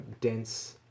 dense